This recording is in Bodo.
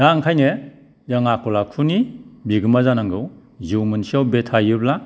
दा ओंखायनो जों आखल आखुनि बिगोमा जानांगौ जिउ मोनसेआव बे थायोब्ला